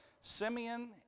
Simeon